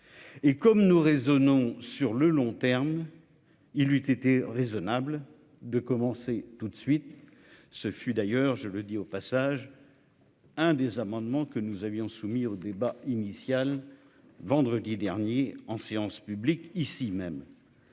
Et comme nous raisonnons sur le long terme. Il lui était raisonnable de commencer tout de suite. Ce fut d'ailleurs je le dis au passage. Un des amendements que nous avions soumis au débat initial vendredi dernier en séance publique ici même.